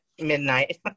midnight